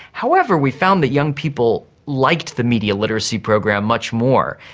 however, we found that young people liked the media literacy program much more.